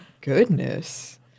goodness